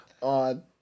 on